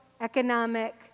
economic